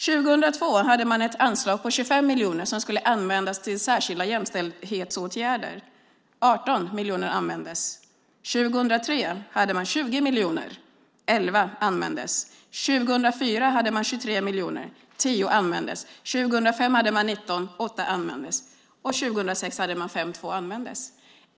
År 2002 hade man ett anslag på 25 miljoner som skulle användas till särskilda jämställdhetsåtgärder, 18 miljoner användes. År 2003 hade man 20 miljoner, 11 miljoner användes. År 2004 hade man 23 miljoner, 10 miljoner användes. År 2005 hade man 19 miljoner, 8 miljoner användes. År 2006 hade man 5 miljoner, 2 miljoner användes.